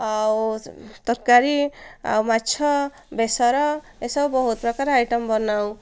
ଆଉ ତରକାରୀ ଆଉ ମାଛ ବେସର ଏସବୁ ବହୁତ ପ୍ରକାର ଆଇଟମ୍ ବନାଉ